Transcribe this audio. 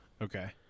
Okay